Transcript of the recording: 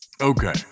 Okay